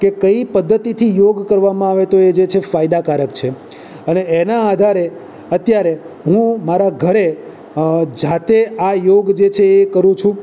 કે કઈ પદ્ધતિથી યોગ કરવામાં આવે તો એ જે છે ફાયદાકારક છે અને એના આધારે અત્યારે હું મારા ઘરે જાતે આ યોગ જે છે એ કરું છું